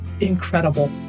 incredible